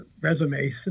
resumes